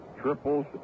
triples